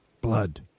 Blood